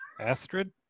Astrid